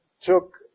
took